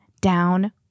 down